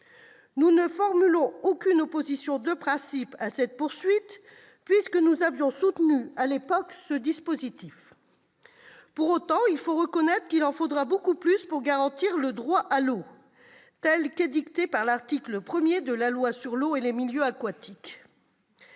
Nous ne formulons aucune opposition de principe à cette poursuite, puisque nous avions soutenu, à l'époque, ce dispositif. Pour autant, il faut reconnaître qu'il en faudra beaucoup plus pour garantir le droit à l'eau, tel qu'énoncé par l'article 1de la loi sur l'eau et les milieux aquatiques.